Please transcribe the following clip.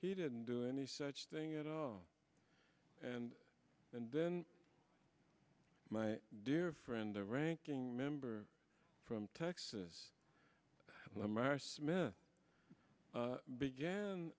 he didn't do any such thing at all and and then my dear friend the ranking member from texas lamar smith